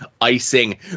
icing